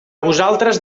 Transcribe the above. vosaltres